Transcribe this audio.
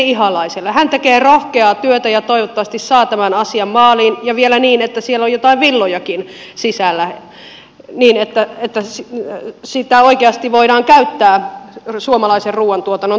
hän tekee rohkeaa työtä ja toivottavasti saa tämän asian maaliin ja vielä niin että siellä on jotain villojakin sisällä niin että sitä oikeasti voidaan käyttää suomalaisen ruuantuotannon turvaamiseksi